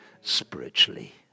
spiritually